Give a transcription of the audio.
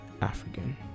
African